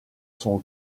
son